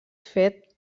fet